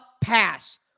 pass